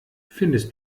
findest